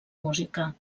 música